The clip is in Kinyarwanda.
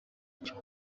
cyo